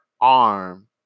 arm